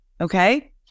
Okay